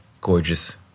gorgeous